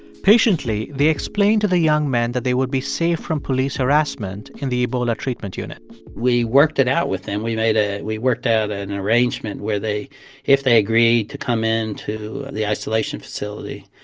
patiently, they explained to the young men that they would be safe from police harassment in the ebola treatment unit we worked it out with them. we made a we worked out an arrangement where they if they agreed to come in to the isolation facility,